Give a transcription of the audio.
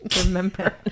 remember